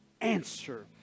answer